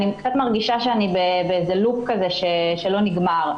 אני מרגישה שאני קצת בלופ שלא נגמר.